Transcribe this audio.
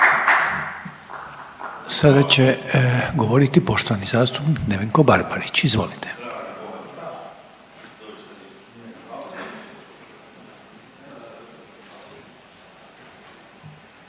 Sada će govoriti poštovani zastupnik Nevenko Barbarić. Izvolite.